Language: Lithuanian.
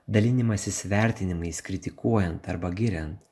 dalinimasis vertinimais kritikuojant arba giriant